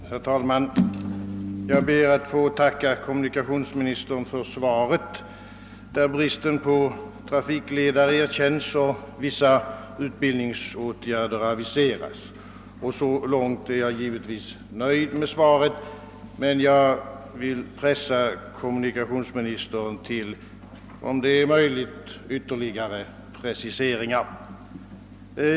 Herr talman! Jag ber att få tacka kommunikationsministern för svaret, vari bristen på trafikledare erkänns och vissa utbildningsåtgärder aviseras. Så långt är jag givetvis nöjd med svaret, men jag vill — om det är möjligt — pressa kommunikationsministern till ytterligare preciseringar.